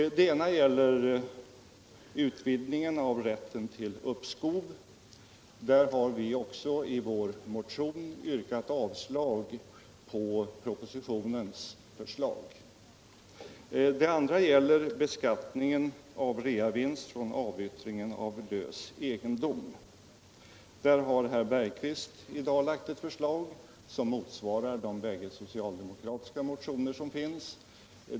Det ena problemet gäller utvidgningen av rätten till uppskov. Där har vi i vår motion yrkat avslag på propositionens förslag. Det andra gäller beskattningen av realisationsvinst från avyttringen av lös egendom. På den punkten har herr Bergqvist i dag framlagt ett förslag som motsvarar de bägge socialdemokratiska motioner som väckts.